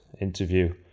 interview